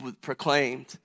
proclaimed